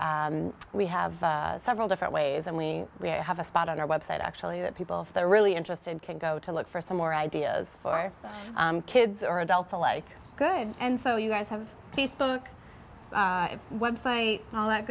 us we have several different ways only to have a spot on our website actually that people if they're really interested can go to look for some more ideas for kids or adults alike good and so you guys have peace book website all that